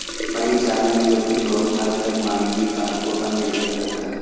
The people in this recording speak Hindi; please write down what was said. परिचालन जोखिम बहुत हद तक मानवीय कारकों पर निर्भर करता है